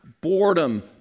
boredom